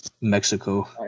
Mexico